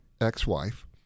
ex-wife